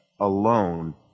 alone